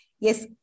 yes